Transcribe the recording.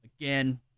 Again